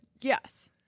Yes